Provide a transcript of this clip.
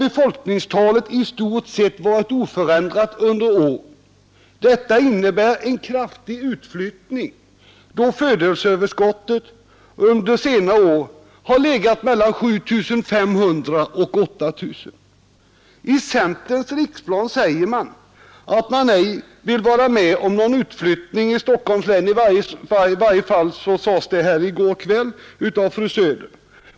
under året. Det innebär en kraftig utflyttning, då födelseöverskottet under senare år har legat mellan 7 500 och 8 000. I centerns riksplan säger man att man inte vill vara med om någon utflyttning från Stockholms län, i varje fall uppgav fru Söder det i går kväll.